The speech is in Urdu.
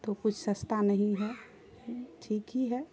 تو کچھ سستا نہیں ہے ٹھیک ہی ہے